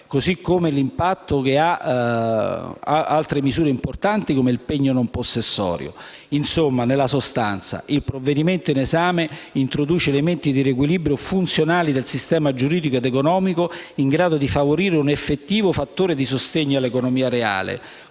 così come l'impatto che hanno altre misure importanti come il pegno non possessorio. Nella sostanza, il provvedimento in esame introduce elementi di riequilibrio funzionali del sistema giuridico ed economico in grado di favorire un effettivo fattore di sostegno all'economia reale,